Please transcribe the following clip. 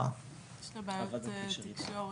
--- יש בעיות תקשורת.